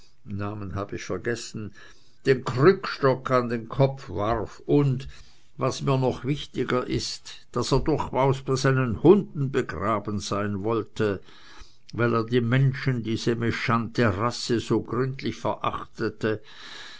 namen hab ich vergessen den krückstock an den kopf warf und was mir noch wichtiger ist daß er durchaus bei seinen hunden begraben sein wollte weil er die menschen diese mechante rasse so gründlich verachtete